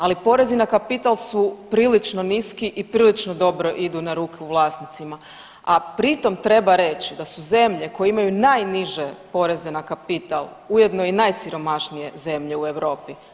Ali porezi na kapital su prilično niski i prilično dobro idu na ruku vlasnicima, a pritom treba reći da su zemlje koje imaju najniže poreze na kapital ujedno i najsiromašnije zemlje u Europi.